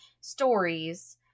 stories